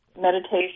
meditation